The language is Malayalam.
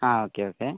ആ ഓക്കെ ഓക്കെ